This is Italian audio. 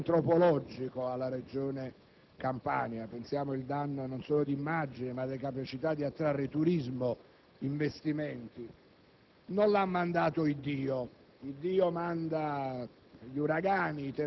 i documenti che vanno nella direzione di conferire un segnale chiaro e di una politica che finalmente decide.